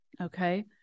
okay